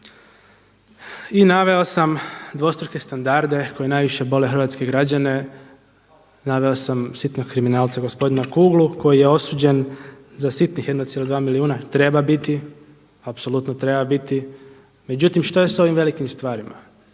I naveo sam dvostruke standarde koji najviše bole hrvatske građane, naveo sam sitnog kriminalca gospodina Kuglu koji je osuđen za sitnih 1,2 milijuna. Treba biti, apsolutno treba biti, međutim što je s ovim velikim stvarima.